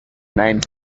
names